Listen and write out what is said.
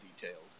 detailed